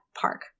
park